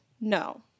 No